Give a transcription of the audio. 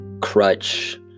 crutch